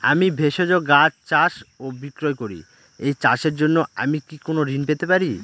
আমি ভেষজ গাছ চাষ ও বিক্রয় করি এই চাষের জন্য আমি কি কোন ঋণ পেতে পারি?